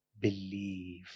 believe